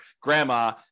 grandma